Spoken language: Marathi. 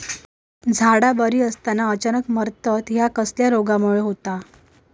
झाडा बरी असताना अचानक मरता हया कसल्या रोगामुळे होता?